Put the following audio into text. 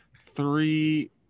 Three